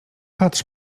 patrz